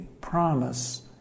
promise